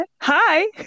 Hi